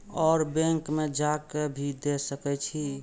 और बैंक में जा के भी दे सके छी?